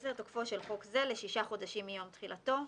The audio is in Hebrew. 10. תוקפו של חוק זה לשישה חודשים מיום תחילתו.